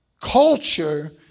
Culture